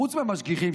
חוץ מהמשגיחים,